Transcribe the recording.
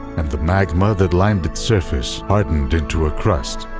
and the magma that lined its surface hardened into a crust.